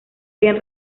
bien